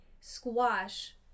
squash